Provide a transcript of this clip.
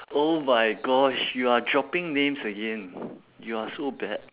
oh my gosh you are dropping names again you are so bad